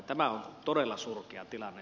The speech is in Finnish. tämä on todella surkea tilanne